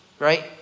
right